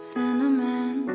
Cinnamon